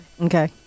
Okay